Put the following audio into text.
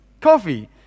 coffee